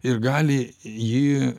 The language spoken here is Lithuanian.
ir gali jį